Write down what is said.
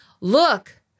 Look